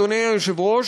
אדוני היושב-ראש,